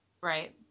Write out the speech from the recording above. Right